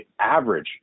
average